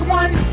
one